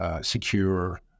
secure